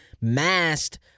masked